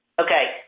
Okay